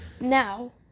now